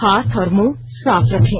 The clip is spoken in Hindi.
हाथ और मुंह साफ रखें